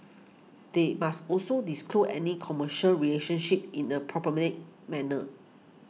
they must also disclose any commercial relationships in a prominent manner